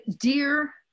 dear